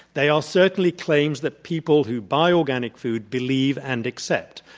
they are c ertainly claims that people who buy organic food believe and accept.